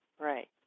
Right